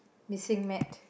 missing mat